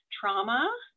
trauma